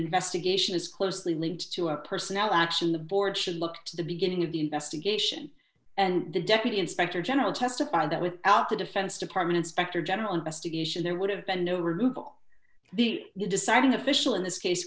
investigation is closely linked to a personnel action the board should look to the beginning of the investigation and the deputy inspector general testified that without the defense department inspector general investigation there would have been no removal the deciding official in this case